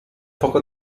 poco